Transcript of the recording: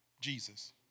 Jesus